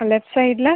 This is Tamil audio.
லெஃப்ட் சைடில்